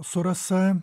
su rasa